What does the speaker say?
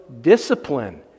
discipline